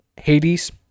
Hades